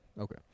okay